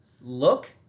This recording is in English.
look